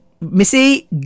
Missy